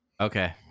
okay